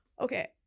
okay